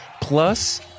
plus